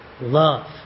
Love